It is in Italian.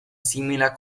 simile